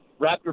Raptor